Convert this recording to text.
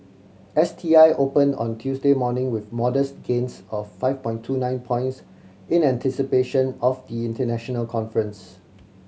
S T I opened on Tuesday morning with modest gains of five point two nine points in anticipation of the international conference